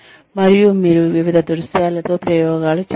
మరియు మీరు వివిధ దృశ్యాలతో ప్రయోగాలు చేస్తారు